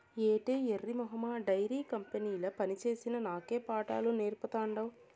ఏటే ఎర్రి మొహమా డైరీ కంపెనీల పనిచేసిన నాకే పాఠాలు నేర్పతాండావ్